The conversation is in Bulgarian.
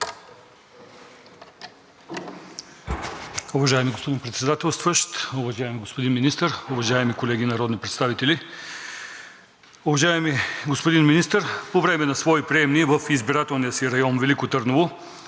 Уважаеми господин Председателстващ, уважаеми господин Министър, уважаеми колеги народни представители! Уважаеми господин Министър, по време на свои приемни в избирателния си район Велико Търново